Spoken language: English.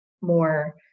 more